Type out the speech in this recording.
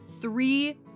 three